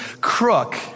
Crook